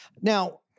Now